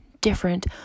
different